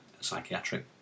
psychiatric